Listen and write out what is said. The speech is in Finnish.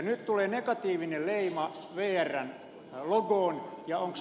nyt tulee negatiivinen leima vrn logoon